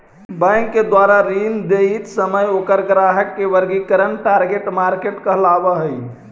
bank के द्वारा ऋण देइत समय ओकर ग्राहक के वर्गीकरण टारगेट मार्केट कहलावऽ हइ